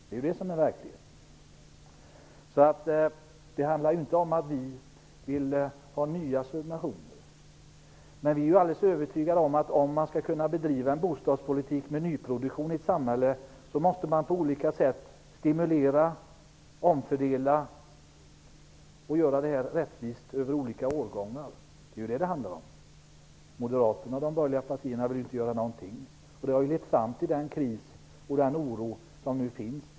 Så ser verkligheten ut. Det handlar alltså inte om att vi vill ha nya subventioner. Vi är dock övertygade om att man, om man skall bedriva en bostadspolitik inriktad på nyproduktion, måste vidta stimulerande och omfördelande åtgärder och skapa rättvisa mellan olika årgångar. Moderaterna och de andra borgerliga partierna vill inte göra någonting. Det har lett fram till den kris och oro som finns.